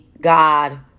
God